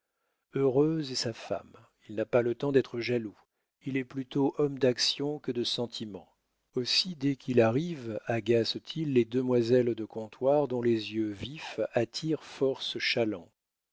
heureuse est sa femme il n'a pas le temps d'être jaloux il est plutôt homme d'action que de sentiment aussi dès qu'il arrive agace t il les demoiselles de comptoir dont les yeux vifs attirent force